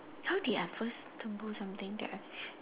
how did I first stumble something that I